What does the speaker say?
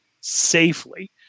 safely